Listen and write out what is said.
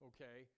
Okay